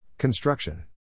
Construction